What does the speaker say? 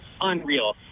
Unreal